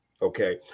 Okay